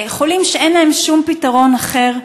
חולים שאין להם שום פתרון אחר,